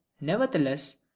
nevertheless